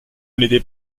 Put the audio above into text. n’était